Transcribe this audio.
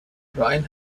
ryan